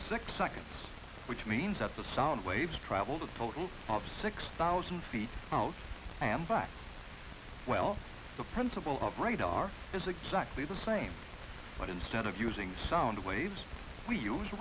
six seconds which means that the sound waves traveled a total of six thousand feet and facts well the principle of radar is exactly the same but instead of using sound waves we use